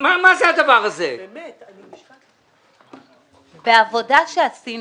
בעבודה שעשינו,